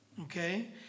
Okay